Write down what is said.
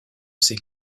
ces